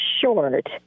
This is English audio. short